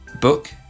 Book